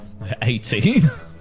18